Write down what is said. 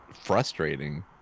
frustrating